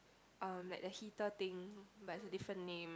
um like the heater thing but it's a different name